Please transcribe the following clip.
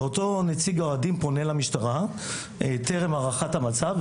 ואותו נציג האוהדים פונה למשטרה טרם הערכת המצב,